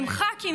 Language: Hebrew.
עם ח"כים,